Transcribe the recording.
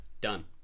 done